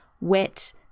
wet